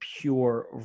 pure